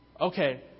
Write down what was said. okay